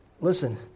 Listen